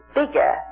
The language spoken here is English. bigger